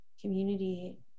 community